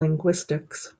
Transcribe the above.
linguistics